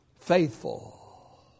faithful